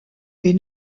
est